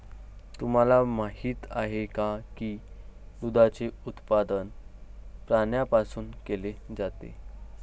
तुम्हाला माहित आहे का की दुधाचे उत्पादन प्राण्यांपासून केले जाते?